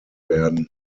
werden